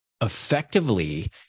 effectively